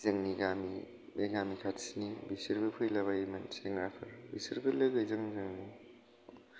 जोंनि गामि जोंनि गामि खाथिनि बिसोरबो फैला बायोमोन सेंग्राफोर बिसोरबो लोगो जोंनिननो